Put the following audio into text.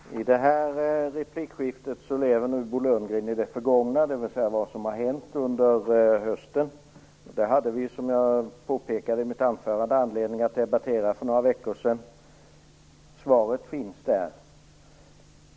Fru talman! I det här replikskiftet lever Bo Lundgren i det förgångna, dvs. det som har hänt under hösten. Det hade vi, som jag påpekade i mitt anförande, anledning att debattera för några veckor sedan. Svaret finns där.